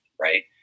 right